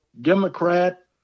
Democrat